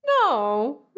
No